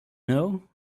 know